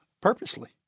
purposely